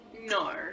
no